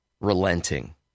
relenting